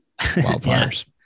Wildfires